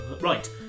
Right